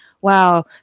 wow